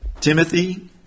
Timothy